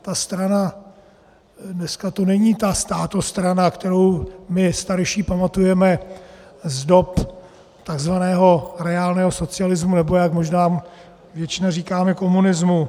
Ta strana, dneska to není ta státostrana, kterou my starší pamatujeme z dob takzvaného reálného socialismu, nebo jak možná většinou říkáme, komunismu.